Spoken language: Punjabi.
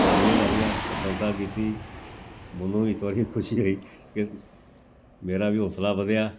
ਤਾੜੀਆਂ ਮਾਰੀਆਂ ਪ੍ਰਸ਼ੰਸਾ ਕੀਤੀ ਮੈਨੂੰ ਵੀ ਥੋੜ੍ਹੀ ਖੁਸ਼ੀ ਹੋਈ ਕਿ ਮੇਰਾ ਵੀ ਹੌਸਲਾ ਵਧਿਆ